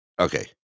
Okay